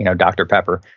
you know dr pepper,